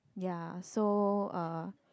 ya so uh